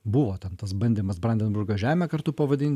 buvo ten tas bandymas brandenburgo žemę kartu pavadin